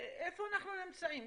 איפה אנחנו נמצאים?